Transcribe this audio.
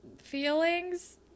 feelings